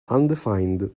undefined